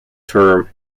term